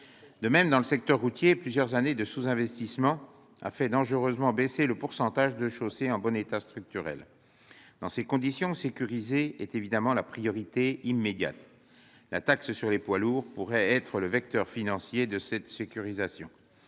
De même, dans le secteur routier, plusieurs années de sous-investissement ont fait dangereusement baisser le pourcentage de chaussées en bon état structurel. Dans ces conditions, sécuriser est évidemment la priorité immédiate. La taxe sur les poids lourds pourrait être le vecteur financier de cette sécurisation.